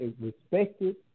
respected